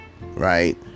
right